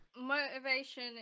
motivation